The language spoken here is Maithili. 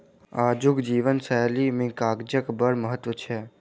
आजुक जीवन शैली मे कागजक बड़ महत्व छै